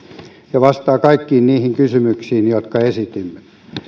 ja se vastaa kaikkiin niihin kysymyksiin jotka esitimme